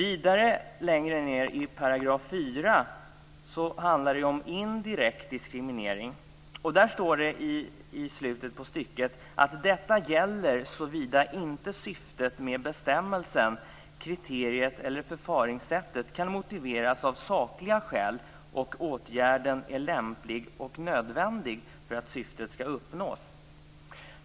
I 4 § handlar det om indirekt diskriminering, och där står det i slutet av paragrafen: "Detta gäller såvida inte syftet med bestämmelsen, kriteriet eller förfaringssättet kan motiveras av sakliga skäl och åtgärden är lämplig och nödvändig för att syftet skall uppnås."